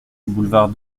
boulevard